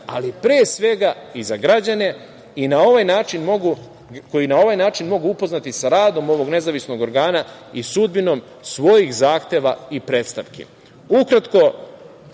ali pre svega, i za građane, koji se na ovaj način mogu upoznati sa radom ovog nezavisnog organa i sudbinom svojih zahteva i predstavki. Ukratko